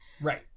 Right